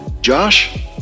Josh